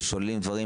ושוללים דברים